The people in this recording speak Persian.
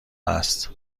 است